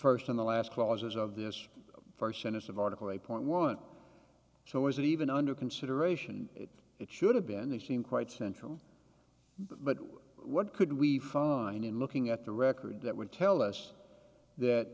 first in the last clause as of this first sentence of article eight point one so is that even under consideration it should have been they seem quite central but what could we find in looking at the record that would tell us that